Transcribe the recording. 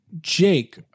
Jake